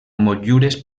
motllures